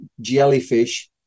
jellyfish